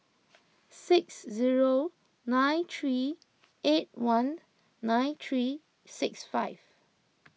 six zero nine three eight one nine three six five